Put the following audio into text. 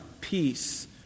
peace